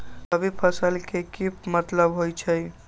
रबी फसल के की मतलब होई छई?